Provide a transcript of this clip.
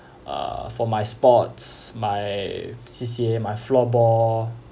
uh for my sports my C_C_A my floorball